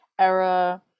era